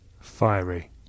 Fiery